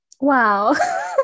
wow